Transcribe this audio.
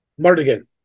Mardigan